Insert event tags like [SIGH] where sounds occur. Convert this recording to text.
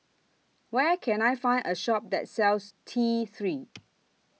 Where Can I Find A Shop that sells T three [NOISE]